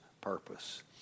purpose